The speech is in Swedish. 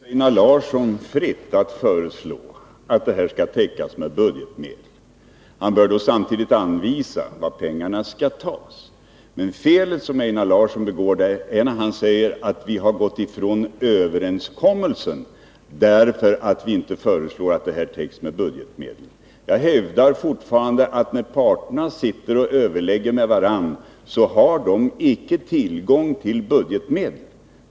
Herr talman! Det står naturligtvis Einar Larsson fritt att föreslå att detta skall täckas med budgetmedel. Han bör då samtidigt anvisa var pengarna skall tas. Men felet som Einar Larsson begår, det är att han säger att vi har gått ifrån överenskommelsen därför att vi inte föreslår att kostnaderna täcks med budgetmedel. Jag hävdar fortfarande att när parterna överlägger med varandra har de icke tillgång till budgetmedel.